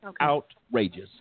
outrageous